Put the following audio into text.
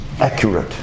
accurate